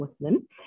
Muslim